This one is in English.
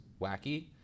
wacky